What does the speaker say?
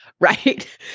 Right